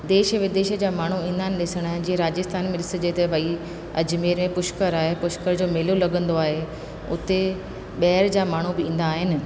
देश विदेश जा माण्हू ईंदा आहिनि ॾिसणु जीअं राजस्थान में ॾिसिजे त भई अजमेर ऐं पुष्कर आहे पुष्कर जो मेलो लॻंदो आहे उते ॿाहिरि जा माण्हू बि ईंदा आहिनि